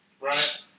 Right